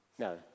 No